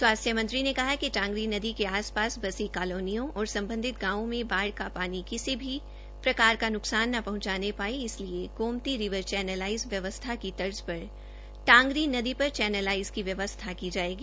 स्वास्थ्य मंत्री ने कहा कि टांगरी नदी के आस पास बसी कालोनियों और सम्बन्धित गांवों में बाढ़ का पानी किसी भी प्रकार का न्कसान न पंहचाने पाए इसलिए गोमती रिवर चैनलाईज व्यवस्था की तर्ज पर टांगरी नदी पर चैनेलाईज की व्यवस्था की जाएगी